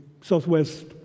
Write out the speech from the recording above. southwest